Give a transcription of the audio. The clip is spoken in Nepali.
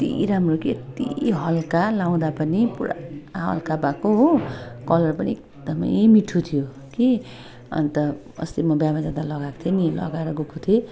यति राम्रो के यति हलका लगाउँदा पनि पुरा हलका भएको हो कलर पनि एकदमै मिठो थियो कि अन्त अस्ति म बिहामा जाँदा लगाएको थिएँ नि लगाएर गएको थिएँ